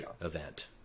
event